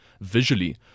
visually